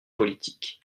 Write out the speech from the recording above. politique